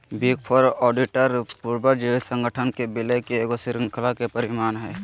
big four auditor पूर्वज संगठन के विलय के ईगो श्रृंखला के परिणाम हइ